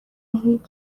هیچ